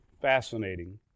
fascinating